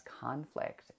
conflict